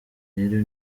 rero